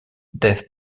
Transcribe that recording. death